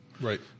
right